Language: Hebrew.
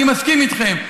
אני מסכים איתכם.